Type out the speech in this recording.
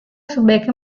sebaiknya